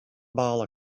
ball